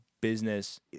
business